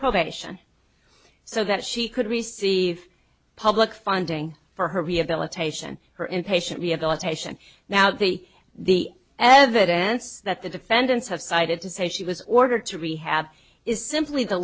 probation so that she could receive public funding for her rehabilitation her inpatient rehabilitation now the the evidence that the defendants have cited to say she was ordered to rehab is simply the